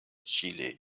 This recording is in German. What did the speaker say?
chile